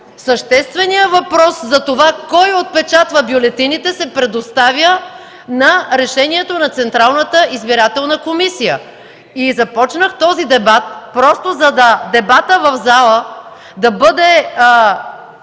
същественият въпрос за това кой отпечатва бюлетините се предоставя на решението на Централната избирателна комисия! Започнах този дебат в залата, за да бъде